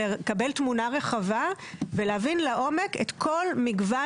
לקבל תמונה רחבה ולהבין לעומק את כל מגוון